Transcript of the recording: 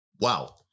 Wow